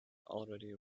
already